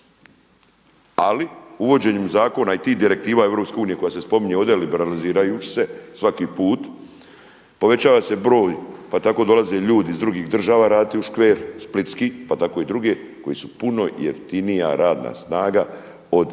Ali uvođenjem zakona i tih direktiva EU koje se spominje ovdje liberalizirajući se svaki put, povećava se broj pa tako dolaze ljudi iz drugih država raditi u Splitski škver, pa tako i druge koji su puno jeftinija radna snaga od